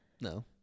no